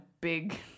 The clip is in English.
big